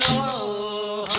o